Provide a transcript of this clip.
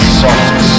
soft